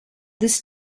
this